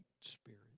spirit